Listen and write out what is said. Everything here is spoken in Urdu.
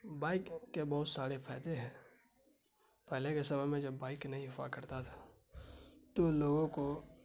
بائک کے بہت سارے فائدے ہیں پہلے سے سمے میں جب بائیک نہیں ہوا کرتا تھا تو لوگوں کو